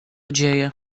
dzieje